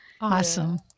Awesome